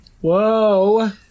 Whoa